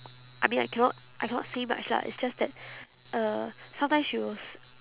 I mean I cannot I cannot say much lah it's just that uh sometimes she will s~